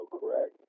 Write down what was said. correct